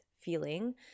feeling